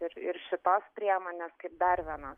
ir ir šitos priemonės kaip dar viena